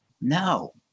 No